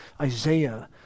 Isaiah